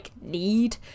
need